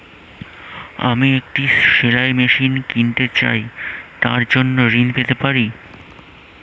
আমি একটি সেলাই মেশিন কিনতে চাই তার জন্য ঋণ পেতে পারি?